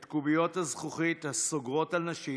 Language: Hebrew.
את קוביות הזכוכית הסוגרות על נשים